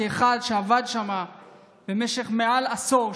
כאחד שעבד שם במשך מעל עשור,